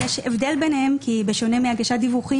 יש הבדל ביניהם כי בשונה מהגשת דיווחים